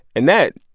and that,